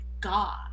god